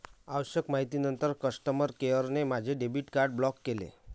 आवश्यक माहितीनंतर कस्टमर केअरने माझे डेबिट कार्ड ब्लॉक केले